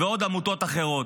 ועמותות אחרות.